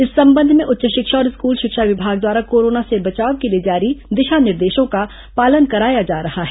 इस संबंध में उच्च शिक्षा और स्कूल शिक्षा विभाग द्वारा कोरोना से बचाव के लिए जारी दिशा निर्देशों का पालन कराया जा रहा है